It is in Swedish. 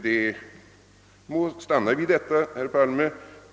Det må stanna vid detta, herr Palme.